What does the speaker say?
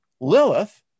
Lilith